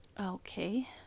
Okay